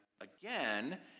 again